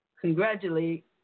congratulate